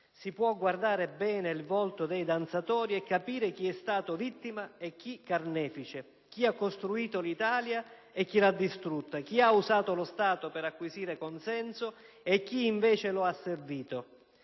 si può guardare bene il volto dei danzatori e capire chi è stato vittima e chi carnefice, chi ha costruito l'Italia e chi l'ha distrutta, chi ha usato lo Stato per acquisire consenso e chi, invece, lo ha servito.